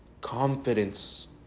confidence